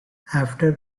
after